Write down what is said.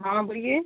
हाँ बोलिए